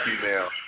female